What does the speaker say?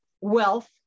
wealth